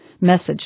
message